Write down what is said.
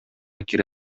кире